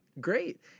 Great